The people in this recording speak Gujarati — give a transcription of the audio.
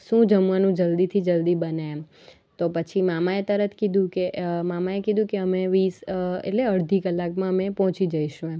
શું જમવાનું જલદીથી જલદી બને એમ તો પછી મામાએ તરત કીધું કે મામાએ કીધું કે અમે વીસ એટલે અડધી કલાકમાં અમે પહોંચી જઈશું એમ